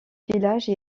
village